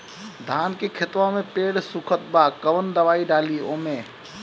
धान के खेतवा मे पेड़ सुखत बा कवन दवाई डाली ओमे?